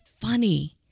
funny